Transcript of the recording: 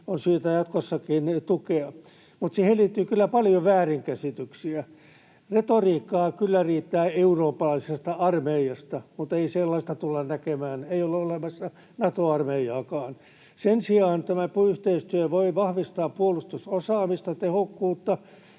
on syytä jatkossakin tukea, mutta siihen liittyy kyllä paljon väärinkäsityksiä. Retoriikkaa kyllä riittää eurooppalaisesta armeijasta, mutta ei sellaista tulla näkemään. Ei ole olemassa Nato-armeijaakaan. Sen sijaan tämä yhteistyö voi vahvistaa puolustusosaamista, tehokkuutta,